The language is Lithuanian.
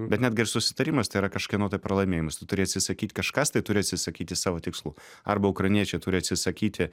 bet netgi ir susitarimas tai yra kažkieno tai pralaimėjimas tu turi atsisakyt kažkas tai turi atsisakyti savo tikslų arba ukrainiečiai turi atsisakyti